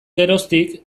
geroztik